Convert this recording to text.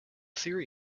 theory